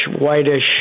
whitish